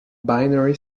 binary